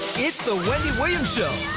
it's the wendy williams show